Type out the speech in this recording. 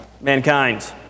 mankind